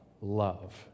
love